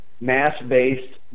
mass-based